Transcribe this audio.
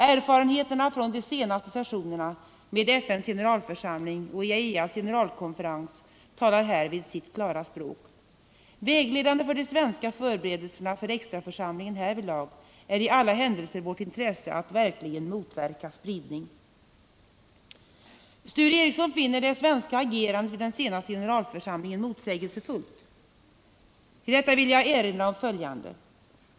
Erfarenheterna från de senaste sessionerna med FN:s generalförsamling och IAEA:s generalkonferens talar härvidlag sitt klara språk. Vägledande för de svenska förberedelserna för extraförsamlingen härvidlag är i alla händelser vårt intresse att verkligen motverka spridning. Sture Ericson finner det svenska agerandet vid den senaste generalförsamligen motsägelsefullt. Till detta vill jag erinra om följande.